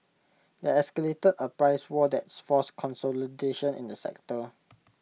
that escalated A price war that's forced consolidation in the sector